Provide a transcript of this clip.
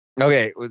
Okay